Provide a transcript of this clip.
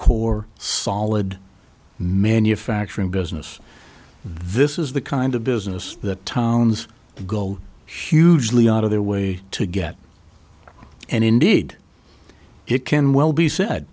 core solid manufacturing business this is the kind of business that towns gold hugely out of their way to get and indeed it can well be said